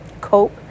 cope